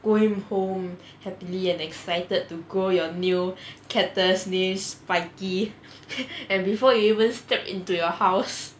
going home happily and excited to grow your new cactus named spiky and before you even step into your house